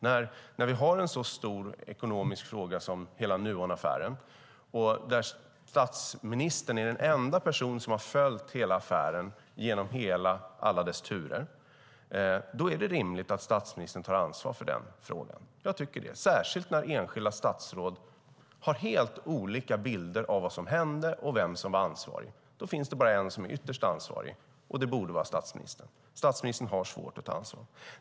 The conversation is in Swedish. När vi har en så stor ekonomisk fråga som hela Nuonaffären, och statsministern är den enda person som har följt hela affären genom alla dess turer, då är det rimligt att statsministern tar ansvar för den frågan. Jag tycker det - särskilt när enskilda statsråd har helt olika bilder av vad som hände och vem som var ansvarig. Då finns det bara en som är ytterst ansvarig, och det borde vara statsministern. Statsministern har svårt att ta ansvar.